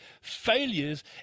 failures